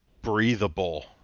breathable